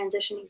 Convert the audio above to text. transitioning